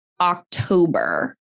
October